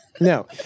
No